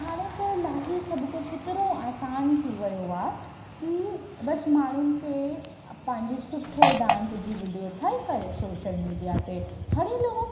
हाणे त इलाही सभु कुझु हेतिरो आसानु थी वियो आहे कि बसि माण्हुनि खे पंहिंजी सुठो डांस जी विडियो ठाहे करे शोशल मिडिया ते हणई लॻायूं